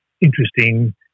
interesting